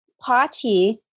Party